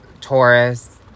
taurus